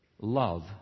Love